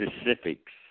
specifics